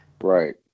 Right